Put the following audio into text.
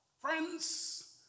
Friends